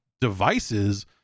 devices